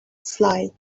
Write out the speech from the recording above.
slide